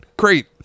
Great